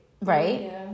Right